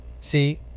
See